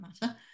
matter